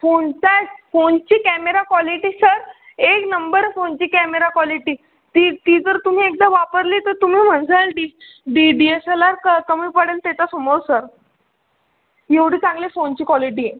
फोनचाय फोनची camera quality sir एक नंबर फोनची कॅमेरा कॉलिटी ती ती जर तुम्ही एकदा वापरली तर तुम्ही म्हणजाल D D D S L R क कमी पडेल त्याच्यासमोर सर एवढी चांगली फोनची कॉलिटी आहे